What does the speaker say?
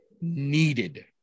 needed